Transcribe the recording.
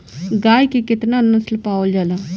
गाय के केतना नस्ल पावल जाला?